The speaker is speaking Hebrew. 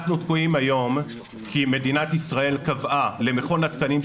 אנחנו תקועים היום כי מדינת ישראל קבעה למכון התקנים,